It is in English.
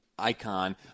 icon